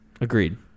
Agreed